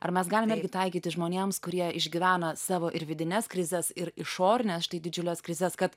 ar mes galim irgi taikyti žmonėms kurie išgyvena savo ir vidines krizes ir išorines štai didžiules krizes kad